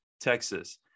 Texas